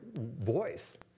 voice